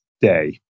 day